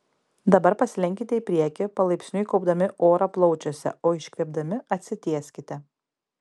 dabar pasilenkite į priekį palaipsniui kaupdami orą plaučiuose o iškvėpdami atsitieskite